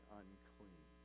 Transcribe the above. unclean